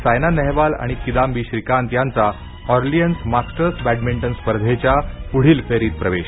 सायना नेहवाल आणि किदांबी श्रीकांत यांचा Orleans Masters badminton स्पर्धेच्या पुढील फेरीत प्रवेश